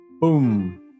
Boom